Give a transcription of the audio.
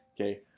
okay